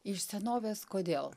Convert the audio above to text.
iš senovės kodėl